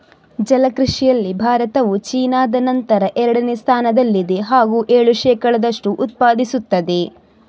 ಜಲ ಕೃಷಿಯಲ್ಲಿ ಭಾರತವು ಚೀನಾದ ನಂತರ ಎರಡನೇ ಸ್ಥಾನದಲ್ಲಿದೆ ಹಾಗೂ ಏಳು ಶೇಕಡದಷ್ಟು ಉತ್ಪಾದಿಸುತ್ತದೆ